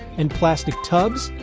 and plastic tubs,